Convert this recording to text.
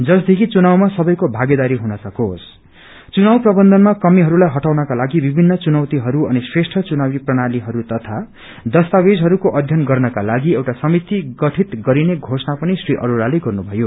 जसदेखि चुनावमा सबैको भागदारी हुन सकोस चुनावप्रबन्धमा कमीहरू लाई इटाउनको लागि विभिन्न चुनौतीहरू अनिश्रेष्ठ चुनावी प्रणालीहय तथा अस्तावेजहरूको अध्ययन गर्नका लागि एउटा समिति गठित गरिने घोषणा पनि श्र अरोड़ाले गर्नुभयो